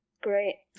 Great